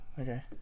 Okay